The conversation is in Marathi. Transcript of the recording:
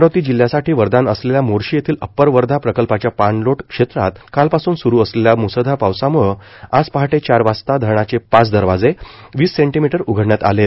अमरावती जिल्ह्यासाठी वरदान असलेल्या मोर्शी येथील अप्पर वर्धा प्रकल्पाच्या पाणलोट क्षेत्रात कालपासून सुरू असलेल्या मुसळधार पावसामुळं आज पहाटे चार वाजता धरणाचे पाच दरवाजे वीस सेंटीमीटर उघडण्यात आले आहेत